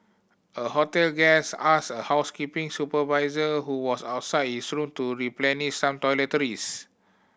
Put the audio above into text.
a hotel guest asked a housekeeping supervisor who was outside his room to replenish some toiletries